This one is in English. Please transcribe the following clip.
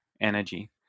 energy